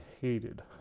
hated